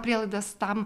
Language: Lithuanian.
prielaidas tam